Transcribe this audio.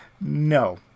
No